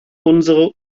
unsere